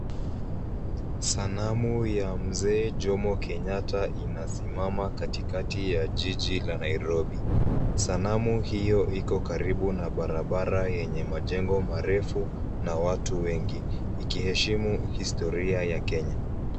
Sanamu ya mzee Jomo Kenyatta inasimama katikati ya jiji la Nairobi. Sanamu hio iko karibu na barabara yenye majengo marefu na watu wengi ikiheshimu historia ya Kenya.